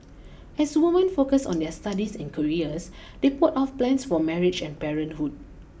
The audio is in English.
as women focused on their studies and careers they put off plans for marriage and parenthood